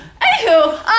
Anywho